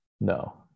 No